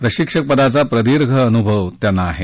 प्रशिक्षकपदाचा प्रदीर्घ अनुभव त्यांना आहे